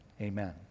Amen